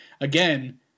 again